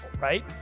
right